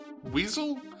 Weasel